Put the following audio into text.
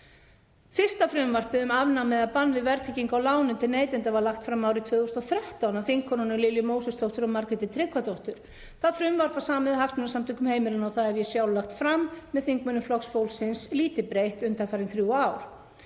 Fyrsta frumvarpið um afnám eða bann við verðtryggingu á lánum til neytenda var lagt fram árið 2013 af þingkonunum Lilju Mósesdóttur og Margréti Tryggvadóttur. Það frumvarp var samið af Hagsmunasamtökum heimilanna og það hef ég sjálf lagt fram með þingmönnum Flokks fólksins, lítið breytt, undanfarin þrjú ár.